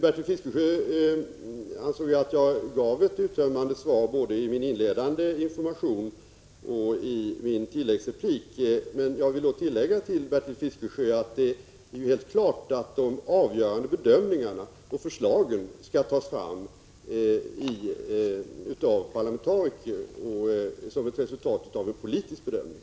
Bertil Fiskesjö anser jag fick ett uttömmande svar både i min inledande information och i min replik. Men jag vill nu tillägga till Bertil Fiskesjö, att det ju är helt klart att de avgörande bedömningarna och förslagen skall tas fram av parlamentariker som ett resultat av en politisk bedömning.